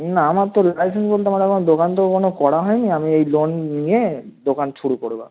না আমার তো লাইসেন্স বলতে আমার আবার দোকান তো এখনও করা হয় নি আমি এই লোন নিয়ে দোকান শুরু করবো